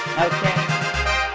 Okay